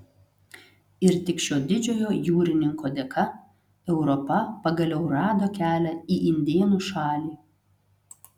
ir tik šio didžiojo jūrininko dėka europa pagaliau rado kelią į indėnų šalį